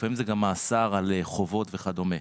לפעמים זה גם מאסר על חובות וכדומה,